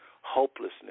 hopelessness